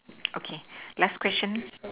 okay last question